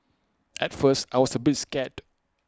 at first I was A bit scared